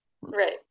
Right